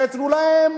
שייתנו להם